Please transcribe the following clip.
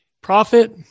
profit